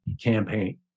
campaign